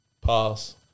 Pass